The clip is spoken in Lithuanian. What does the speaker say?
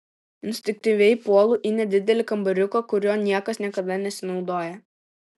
instinktyviai puolu į nedidelį kambariuką kuriuo niekas niekada nesinaudoja